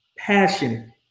Passion